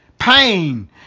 Pain